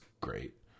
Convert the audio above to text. great